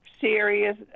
serious